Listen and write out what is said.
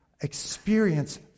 experience